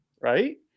right